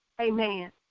Amen